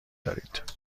دارید